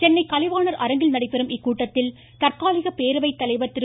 சென்னை கலைவாணர் அரங்கில் நடைபெறும் இக்கூட்டத்தில் தற்காலிக பேரவைத்தலைவர் திரு